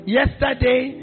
yesterday